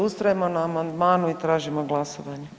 Ustrajemo na amandmanu i tražimo glasovanje.